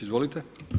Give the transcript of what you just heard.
Izvolite.